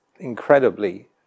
incredibly